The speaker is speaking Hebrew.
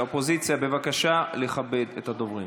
האופוזיציה, בבקשה לכבד את הדוברים.